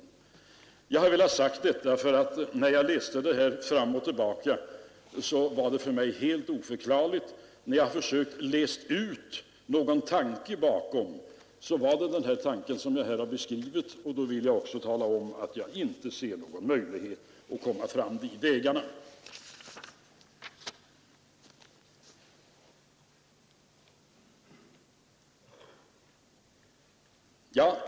tillbaka var det för mig helt oförklarligt. Jag har försökt läsa ut någon tanke bakom det, och det var den tanke som jag här har beskrivit. Därför vill jag också tala om, att jag inte ser någon möjlighet att komma fram på de vägarna.